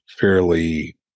fairly